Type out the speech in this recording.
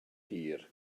hir